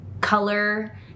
color